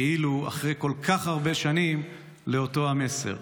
כאילו אחרי כל כך הרבה שנים, לאותו המסר: